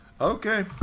okay